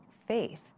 faith